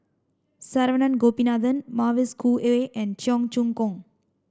Saravanan Gopinathan Mavis Khoo Oei and Cheong Choong Kong